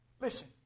Listen